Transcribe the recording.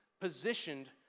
positioned